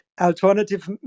alternative